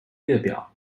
列表